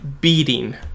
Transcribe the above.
beating